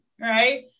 right